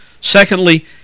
Secondly